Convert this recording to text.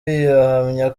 ahamya